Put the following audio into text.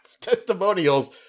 testimonials